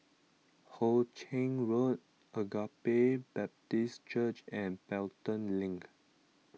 Ho Ching Road Agape Baptist Church and Pelton Link